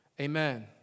Amen